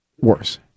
worse